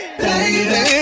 baby